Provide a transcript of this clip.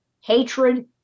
hatred